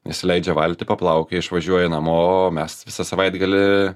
įsileidžia valtį paplaukioja išvažiuoja namo o mes visą savaitgalį